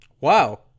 Wow